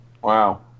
Wow